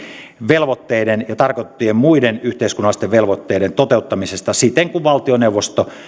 velvoitteiden ja muiden yhteiskunnallisten velvoitteiden toteuttamisesta siten kuin valtioneuvosto